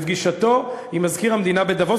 בפגישתו עם מזכיר המדינה בדבוס,